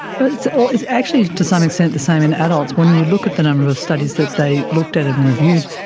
but it so is actually to some extent the same in adults. when you look at the number of studies that they looked at at and reviewed,